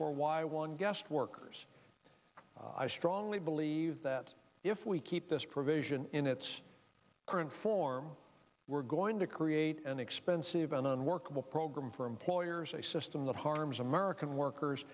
for why one guest workers i strongly believe that if we keep this provision in its current form we're going to create an expensive an unworkable program for employers a system that harms american workers